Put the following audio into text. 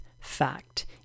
fact